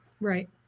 Right